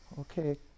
Okay